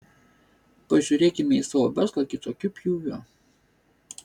pažiūrėkime į savo verslą kitokiu pjūviu